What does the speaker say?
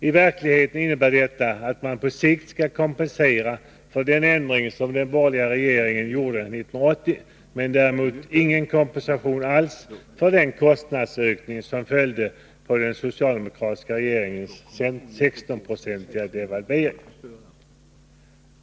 I verkligheten innebär detta att man på sikt skall kompensera för den ändring som den borgerliga regeringen gjorde 1980, men att däremot ingen kompensation alls skall lämnas för den kostnadsökning som följde på den socialdemokratiska regeringens 16-procentiga devalvering.